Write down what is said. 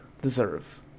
deserve